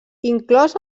inclòs